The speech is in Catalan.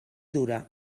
dura